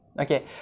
okay